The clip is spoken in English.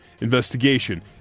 investigation